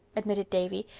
admitted davy,